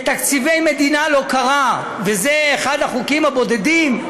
בתקציבי מדינה לא קרה, וזה אחד החוקים הבודדים,